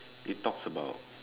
it talks about